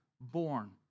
born